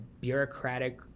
bureaucratic